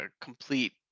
complete